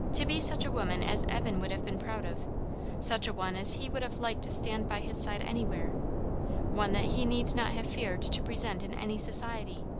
to be such a woman as evan would have been proud of such a one as he would have liked to stand by his side anywhere one that he need not have feared to present in any society.